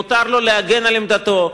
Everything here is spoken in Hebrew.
מותר לו להגן על עמדתו,